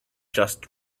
just